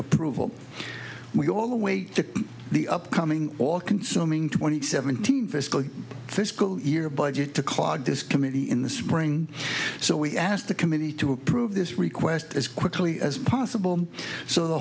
approval we all await the upcoming all consuming twenty seven thousand fiscal fiscal year budget to clog this committee in the spring so we asked the committee to approve this request as quickly as possible so the